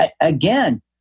again